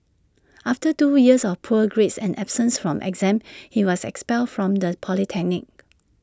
after two years of poor grades and absence from exams he was expelled from the polytechnic